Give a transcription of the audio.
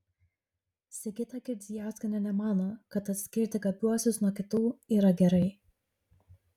sigita girdzijauskienė nemano kad atskirti gabiuosius nuo kitų yra gerai